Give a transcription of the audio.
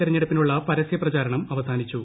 തിരഞ്ഞെടുപ്പിനുള്ള പരസ്യപ്രചാരണം അവസാനിച്ചു